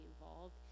involved